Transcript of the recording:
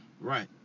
right